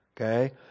okay